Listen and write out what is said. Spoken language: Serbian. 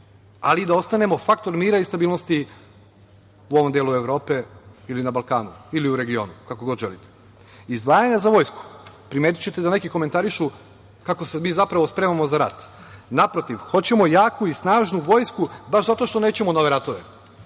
i da ostanemo faktor mira i stabilnosti u ovom delu Evrope ili na Balkanu ili u regionu, kako god želite. Izdvajanje za vojsku, primetićete da neki komentarišu kako se mi zapravo spremamo za rat, naprotiv hoćemo jaku i snažnu vojsku baš zato što nećemo u nove ratove,